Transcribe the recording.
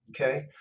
Okay